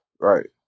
right